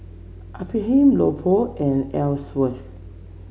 Ephraim Leopold and Elsworth